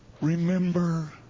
remember